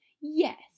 Yes